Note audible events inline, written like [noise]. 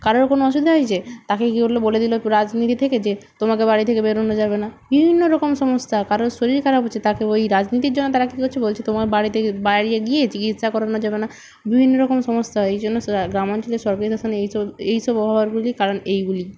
কারোর কোনও অসুবিধা হয়েছে তাকে গিয়ে বললো বলে দিল পুরো রাজনীতি থেকে যে তোমাকে বাড়ি থেকে বেরোনো যাবে না বিভিন্ন রকম সমস্যা কারোর শরীর খারাপ হচ্ছে তাকে ওই রাজনীতির জন্য তারা কি করছে বলছে তোমার বাড়িতে বাইরে গিয়ে চিকিৎসা করানো যাবে না বিভিন্ন রকম সমস্যা ওই জন্য গ্রামঞ্চলের [unintelligible] এইসব এইসব হওয়ারগুলি কারণ এইগুলি